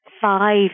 five